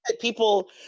people